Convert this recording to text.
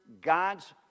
God's